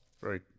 Right